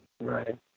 Right